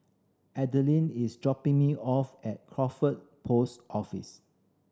Adeline is dropping me off at Crawford Post Office